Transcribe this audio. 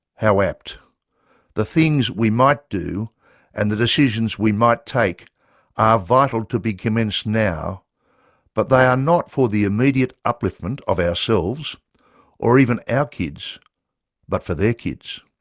how apt the things we might do and the decisions we might take are vital to be commenced now but they are not for the immediate upliftment of ourselves or even our kids but for their kids.